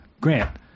Grant